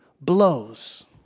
blows